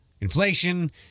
inflation